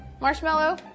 Marshmallow